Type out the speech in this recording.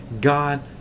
God